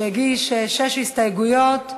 שהגיש שש הסתייגויות,